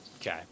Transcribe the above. Okay